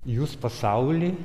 jūs pasauly